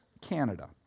Canada